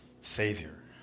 Savior